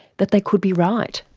that they could be right?